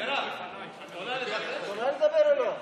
מירב, את עולה לדבר או לא?